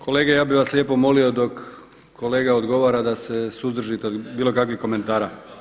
Kolege, ja bih vas lijepo molio dok kolega odgovara da se suzdržite od bilo kakvih komentara.